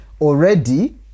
already